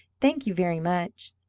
thank you very much.